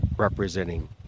representing